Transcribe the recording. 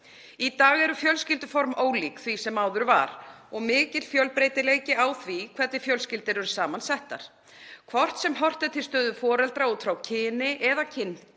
Í dag eru fjölskylduform ólík því sem áður var og mikill fjölbreytileiki á því hvernig fjölskyldur eru saman settar. Hvort sem horft er til stöðu foreldra út frá kyni eða kynhneigð